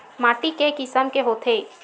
माटी के किसम के होथे?